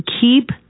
keep